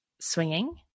swinging